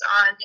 on